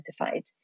identified